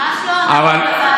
ממש לא, אנחנו בוועדות.